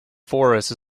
forest